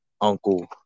uncle